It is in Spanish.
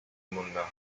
mundo